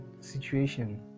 situation